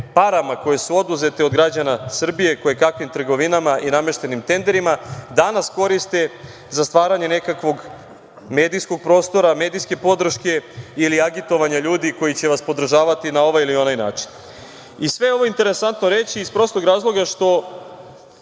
parama koje su oduzete od građana Srbije kojekakvim trgovinama i nameštenim tenderima danas koriste za stvaranje nekakvog medijskog prostora, medijske podrške ili agitovanja ljudi koji će vas podržavati na ovaj ili onaj način. Sve ovo je interesantno reći iz prostog razloga što